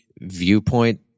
viewpoint